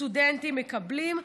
שסטודנטים מקבלים,